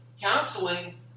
counseling